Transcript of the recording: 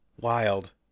Wild